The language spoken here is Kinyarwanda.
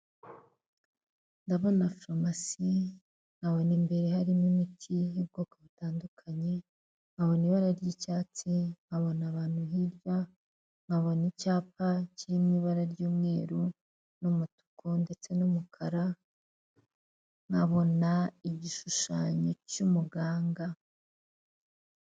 Ndabona farumasi nkabona n'imbere harimo imiti y'ubwoko butandukanye nkabona ibara ry'icyatsi nkabona abantu hirya nkabona icyapa kiririmo ibara ry'umweru n'umutuku ndetse n'umukara nkabona igishushanyo cy'umuganga.